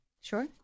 Sure